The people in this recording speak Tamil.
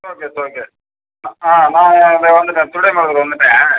ஓகே இட்ஸ் ஓகே ஆ நான் இதோ வந்துவிட்டேன் திருவிடைமருதூர் வந்துவிட்டேன்